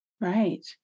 right